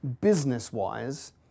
business-wise